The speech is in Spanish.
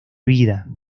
vida